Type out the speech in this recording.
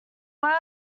word